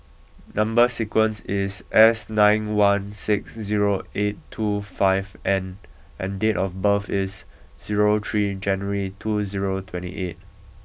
number sequence is S nine one six zero eight two five N and date of birth is zero three January two zero twenty eight